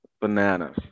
bananas